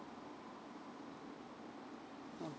mm